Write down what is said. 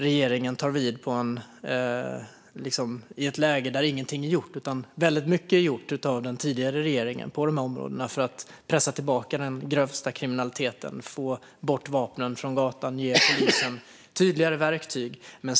Regeringen tar ju inte vid i ett läge där inget är gjort, utan den tidigare regeringen gjorde mycket på detta område för att pressa tillbaka den grövsta kriminaliteten, få bort vapnen från gatan och ge polisen tydligare verktyg.